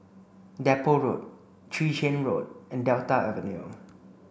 Depot Road Chwee Chian Road and Delta Avenue